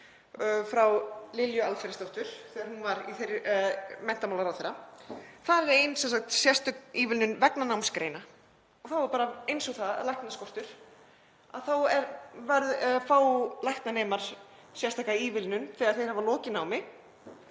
frá Lilju Alfreðsdóttur þegar hún var menntamálaráðherra. Þar er ein sérstök ívilnun vegna námsgreina. Þá er það eins og með læknaskort að læknanemar fá sérstaka ívilnun þegar þeir hafa lokið námi